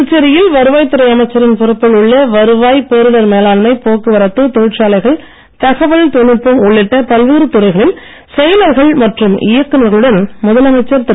புதுச்சேரியில் வருவாய்த் துறை அமைச்சரின் பொறுப்பில் உள்ள வருவாய் பேரிடர் மேலாண்மை போக்குவரத்து தொழிற்சாலைகள் தகவல் தொழில்நுட்பம் உள்ளிட்ட பல்வேறு துறைகளில் செயலர்கள் மற்றும் இயக்குநர்களுடன் முதலமைச்சர் திரு